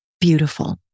Beautiful